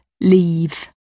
leave